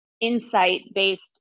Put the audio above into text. insight-based